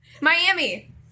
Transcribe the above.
Miami